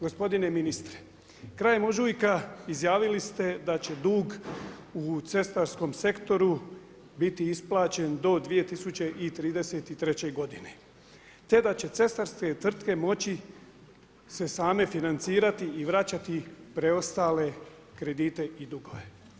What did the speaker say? Gospodine ministre, krajem ožujka izjavili ste da će dug u cestarskom sektoru biti isplaćen do 2033. godine, te da će cestarske tvrtke moći se same financirati i vraćati preostale kredite i dugove.